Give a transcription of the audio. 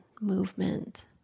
movement